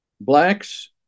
Blacks